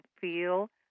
feel